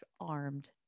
armed